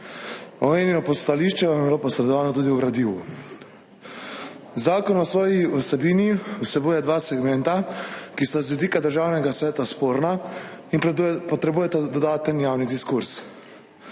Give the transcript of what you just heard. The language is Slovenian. Omenjeno stališče vam je bilo posredovano tudi v gradivu. Zakon v svoji vsebini vsebuje dva segmenta, ki sta z vidika Državnega sveta sporna in potrebujeta dodaten javni diskurz.